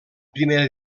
primera